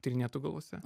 tyrinėtojų galvose